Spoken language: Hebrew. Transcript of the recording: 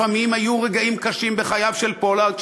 לפעמים היו רגעים קשים בחייו של פולארד,